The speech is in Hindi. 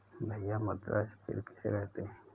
भैया मुद्रा स्फ़ीति किसे कहते हैं?